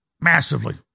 massively